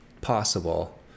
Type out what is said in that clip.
possible